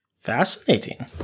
Fascinating